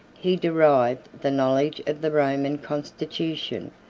he derived the knowledge of the roman constitution,